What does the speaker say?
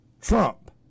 Trump